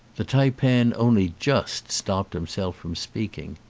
the taipan only just stopped himself from speaking.